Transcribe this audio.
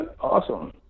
awesome